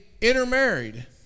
intermarried